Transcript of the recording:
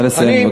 נא לסיים.